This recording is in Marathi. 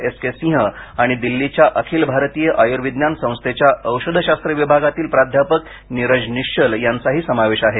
एस के सिंह आणि दिल्लीच्या अखिल भारतीय आयुर्विज्ञान संस्थेच्या औषधशास्त्र विभागातील प्राध्यापक नीरज निश्वल यांचाही समावेश आहे